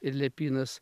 ir liepynas